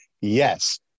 yes